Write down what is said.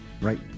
Right